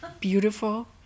beautiful